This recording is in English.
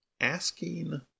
asking